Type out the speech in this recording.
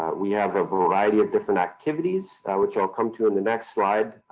but we have a variety of different activities, which i'll come to in the next slide,